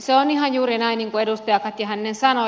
se on ihan juuri näin kuin edustaja katja hänninen sanoi